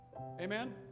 Amen